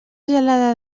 gelada